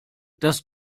das